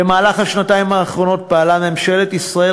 במהלך השנתיים האחרונות פעלה ממשלת ישראל